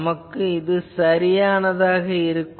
நமக்கு இது சரியானதாக இருக்கும்